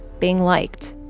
being liked.